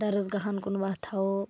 درسگاہن کُن وَتھ ہاوو